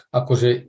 akože